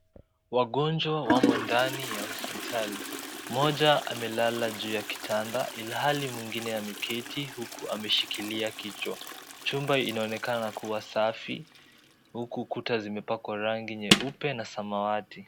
Wagonjwa wamo ndani ya hospitali. Mmoja amelala juu ya kitanda ilhali mwingine ameketi huku ameshikilia kichwa. Chumba inaonekana kuwa safi huku kuta zimepakwa rangi nyeupe na samawati.